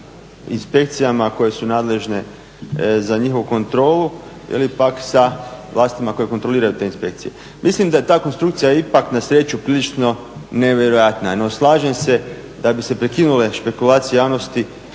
inspekcijama koje su nadležne za njihovu kontrolu ili pak sa vlastima koje kontroliraju te inspekcije. Mislim da je ta konstrukcija ipak na sreću prilično nevjerojatna. No, slažem se da bi se prekinule špekulacije javnosti